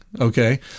Okay